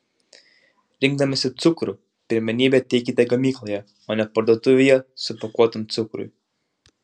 rinkdamiesi cukrų pirmenybę teikite gamykloje o ne parduotuvėje supakuotam cukrui